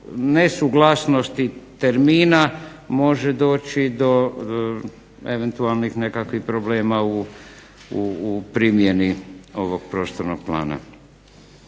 nesuglasnosti termina može doći do eventualnih nekakvih problema u primjeni ovog prostornog plana.